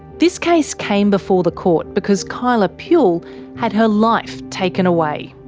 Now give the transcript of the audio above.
this case came before the court because kyla puhle had her life taken away.